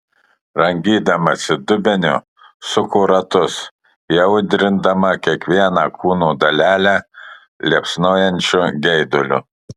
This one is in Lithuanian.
rangydamasi dubeniu suko ratus įaudrindama kiekvieną kūno dalelę liepsnojančiu geiduliu